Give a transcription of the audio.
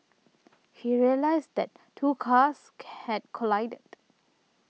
he realised that two cars had collided